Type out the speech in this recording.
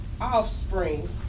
offspring